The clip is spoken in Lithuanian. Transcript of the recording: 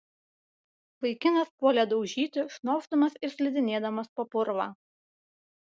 vaikinas puolė daužyti šnopšdamas ir slidinėdamas po purvą